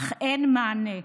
אך אין מענה,